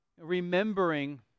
Remembering